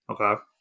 Okay